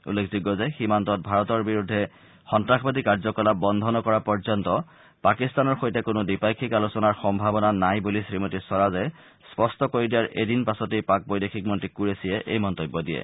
উল্লেখযোগ্য যে সীমান্তত ভাৰতৰ বিৰুদ্ধে সন্তাসবাদী কাৰ্যকলাপ বন্ধ নকৰা পৰ্যন্ত পাকিস্তানৰ সৈতে কোনো দ্বিপাক্ষিক আলোচনাৰ সম্ভাৱনা নাই বুলি শ্ৰীমতী স্বৰাজে স্পষ্ট কৰি দিয়াৰ এদিন পাছতেই পাক বৈদেশিক মন্ত্ৰী কুৰেশ্বিয়ে এই মন্তব্য দিয়ে